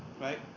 right